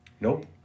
Nope